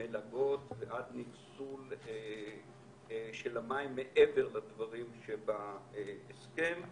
ועד ניצול של המים מעבר לדברים שבהסכם.